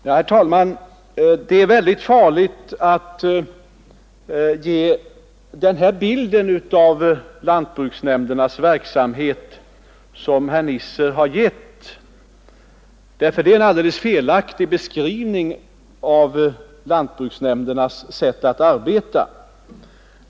Herr talman! Det är farligt att ge den bild av lantbruksnämndernas verksamhet som herr Nisser här har givit, ty det är en helt felaktig beskrivning av lantbruksnämndernas sätt att arbeta.